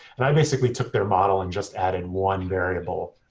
and i basically took their model and just added one variable,